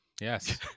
Yes